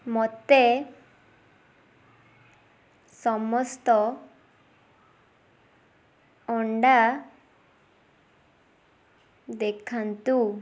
ମୋତେ ସମସ୍ତ ଅଣ୍ଡା ଦେଖାନ୍ତୁ